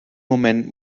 moment